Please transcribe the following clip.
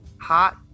hot